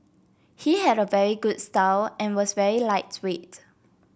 he had a very good style and was very lightweight